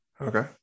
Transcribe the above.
Okay